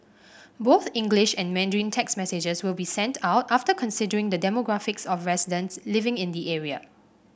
both English and Mandarin text messages will be sent out after considering the demographics of residents living in the area